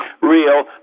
real